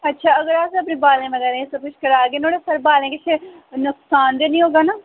अच्छा अगर अस अपने बालें बगैरा च सब किश करागे तां न्हाड़ै बाद बालें गी किश नुक्सान ते नीं होगा ना